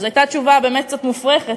וזו הייתה תשובה באמת קצת מופרכת,